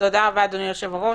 תודה רבה, אדוני היושב-ראש.